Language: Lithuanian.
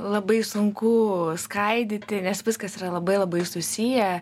labai sunku skaidyti nes viskas yra labai labai susiję